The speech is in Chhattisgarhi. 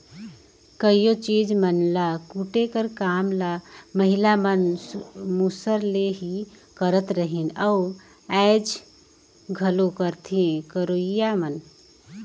कइयो चीज मन ल कूटे कर काम ल महिला मन मूसर ले ही करत रहिन अउ आएज घलो करथे करोइया मन